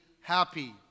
happy